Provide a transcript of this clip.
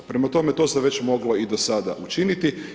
Prema tome to se već moglo i do sada učiniti.